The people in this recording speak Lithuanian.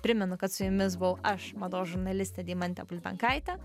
primenu kad su jumis buvau aš mados žurnalistė deimantė bulbenkaitė